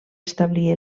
establir